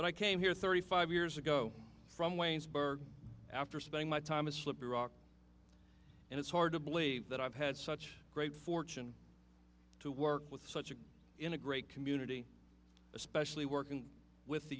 but i came here thirty five years ago from waynesburg after spending my time a slippery rock and it's hard to believe that i've had such great fortune to work with such as in a great community especially working with the